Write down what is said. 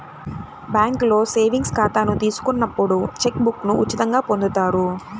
బ్యేంకులో సేవింగ్స్ ఖాతాను తీసుకున్నప్పుడు చెక్ బుక్ను ఉచితంగా పొందుతారు